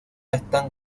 están